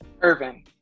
Irvin